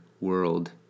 world